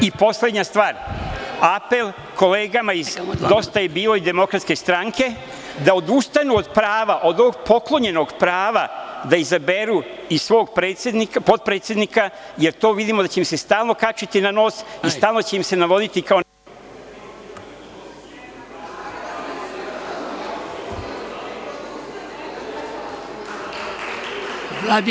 I poslednja stvar, apel kolegama iz „Dosta je bilo“ i Demokratske stranke da odustanu od prava, od ovog poklonjenog prava da izaberu i svog potpredsednika, jer vidimo da će im se to stalno kačiti na nos i stalno će im se navoditi kao... [[Isključen mikrofon]] neka vrsta hendikepa i milosti.